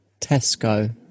Tesco